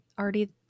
already